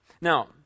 Now